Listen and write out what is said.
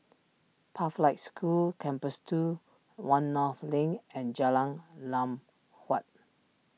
Pathlight School Campus two one North Link and Jalan Lam Huat